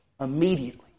immediately